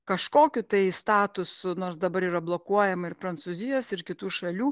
kažkokiu tai statusu nors dabar yra blokuojama ir prancūzijos ir kitų šalių